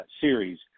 series